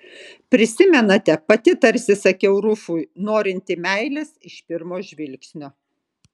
prisimenate pati tarsi sakiau rufui norinti meilės iš pirmo žvilgsnio